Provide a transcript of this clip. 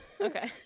okay